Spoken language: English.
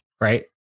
Right